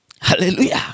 hallelujah